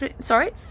sorry